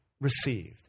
received